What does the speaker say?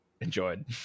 enjoyed